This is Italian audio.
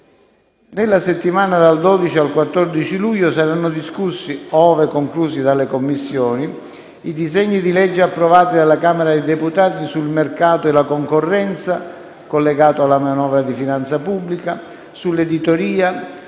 Nella settimana dal 12 al 14 luglio saranno discussi - ove conclusi dalle Commissioni - i disegni di legge approvati dalla Camera dei deputati sul mercato e la concorrenza (collegato alla manovra di finanza pubblica); sull'editoria;